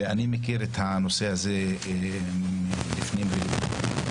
ואני מכיר את הנושא הזה לפני ולפנים.